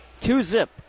Two-zip